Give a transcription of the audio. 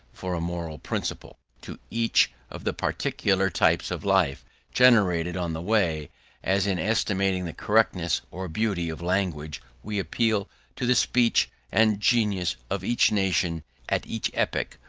for a moral principle, to each of the particular types of life generated on the way as in estimating the correctness or beauty of language we appeal to the speech and genius of each nation at each epoch,